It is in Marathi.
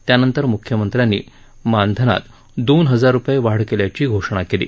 त्यानंतर मुख्यमंत्र्यांनी मानधनात दोन हजार रूपये वाढ केल्याची घोषणा केली